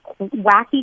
wacky